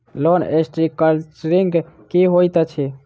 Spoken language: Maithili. लोन रीस्ट्रक्चरिंग की होइत अछि?